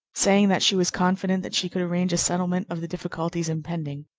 saying that she was confident that she could arrange a settlement of the difficulties impending.